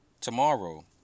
tomorrow